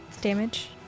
damage